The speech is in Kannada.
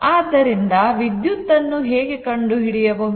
ಆದ್ದರಿಂದ ವಿದ್ಯುತ್ ಅನ್ನು ಹೇಗೆ ಕಂಡು ಹಿಡಿಯಬಹುದು